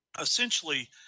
essentially